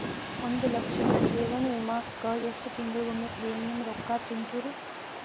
ಒಂದ್ ಲಕ್ಷದ ಜೇವನ ವಿಮಾಕ್ಕ ಎಷ್ಟ ತಿಂಗಳಿಗೊಮ್ಮೆ ಪ್ರೇಮಿಯಂ ರೊಕ್ಕಾ ತುಂತುರು?